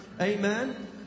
Amen